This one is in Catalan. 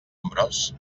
ambròs